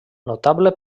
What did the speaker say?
notable